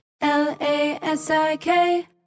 L-A-S-I-K